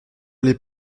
les